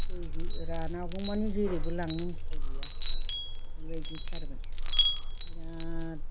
दै रानागौमानि जेरैबो लांनो उफाय गैया बिबायदिथारमोन बिराद